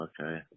Okay